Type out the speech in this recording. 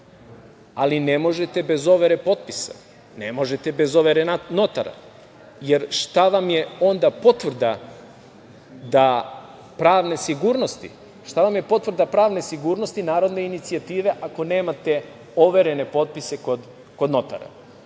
ali ne možete bez overe potpisa. Ne možete bez overe notara, jer šta vam je onda potvrda pravne sigurnosti narodne inicijative ako nemate overene potpise kod